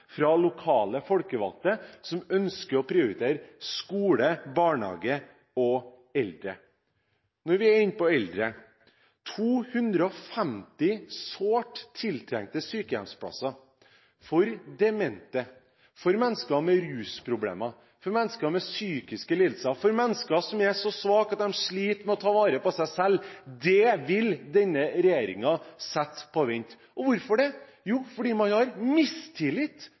fra lokalt folkevalgte, som ønsker å prioritere skole, barnehage og eldre. Og når vi er inne på eldre: 250 sårt tiltrengte sykehjemsplasser for demente, for mennesker med rusproblemer, for mennesker med psykiske lidelser, for mennesker som er så svake at de sliter med å ta vare på seg selv, vil denne regjeringen sette på vent. Hvorfor det? Jo, fordi man har mistillit til kommunene. Det må være mistillit til Trude Drevland i Bergen, mistillit